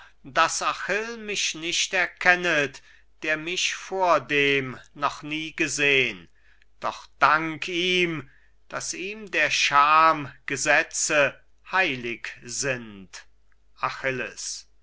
daß achill mich nicht erkennet der mich vordem noch nie gesehn doch dank ihm daß ihm der scham gesetze heilig sind achilles